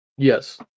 Yes